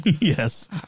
Yes